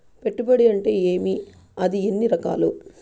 పెట్టుబడి అంటే ఏమి అది ఎన్ని రకాలు